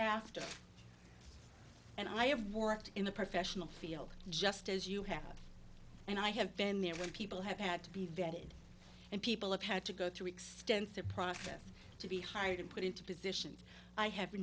after and i have worked in the professional field just as you have and i have been there when people have had to be vetted and people have had to go through extensive process to be hired and put into positions i have